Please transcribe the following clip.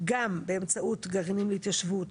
גם באמצעות גרעינים להתיישבות,